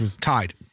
tied